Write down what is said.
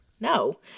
No